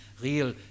real